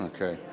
Okay